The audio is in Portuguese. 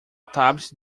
tablet